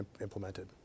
implemented